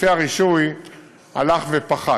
מספר מקבלי הקהל בסניפי הרישוי הלך ופחת.